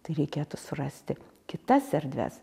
tai reikėtų surasti kitas erdves